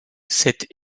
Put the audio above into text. cette